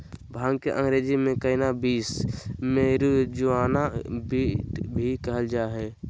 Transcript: भांग के अंग्रेज़ी में कैनाबीस, मैरिजुआना, वीड भी कहल जा हइ